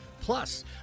Plus